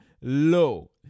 low